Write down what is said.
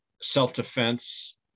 self-defense